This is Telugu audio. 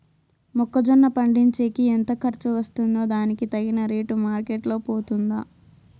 మొక్క జొన్న పండించేకి ఎంత ఖర్చు వస్తుందో దానికి తగిన రేటు మార్కెట్ లో పోతుందా?